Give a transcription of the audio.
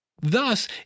Thus